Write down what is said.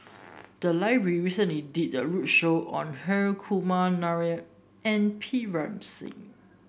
the library recently did a roadshow on Hri Kumar Nair and Pritam Singh